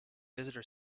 visitor